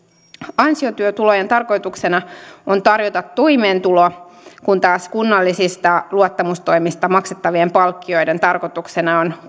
ansiotyötulojen tarkoituksena on tarjota toimeentulo kun taas kunnallisista luottamustoimista maksettavien palkkioiden tarkoituksena on